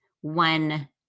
one